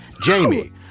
Jamie